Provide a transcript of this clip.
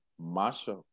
Masha